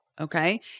okay